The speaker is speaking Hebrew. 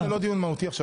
זה לא דיון מהותי עכשיו.